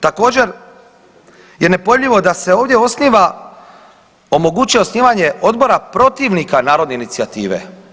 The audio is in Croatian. Također je nepojmljivo da se ovdje osniva, omogući osnivanje odbora protivnika narodne inicijative.